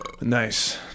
Nice